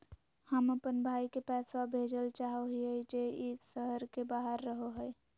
हम अप्पन भाई के पैसवा भेजल चाहो हिअइ जे ई शहर के बाहर रहो है